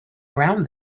around